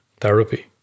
therapy